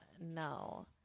no